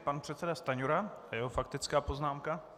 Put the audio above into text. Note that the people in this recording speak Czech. Pan předseda Stanjura a jeho faktická poznámka.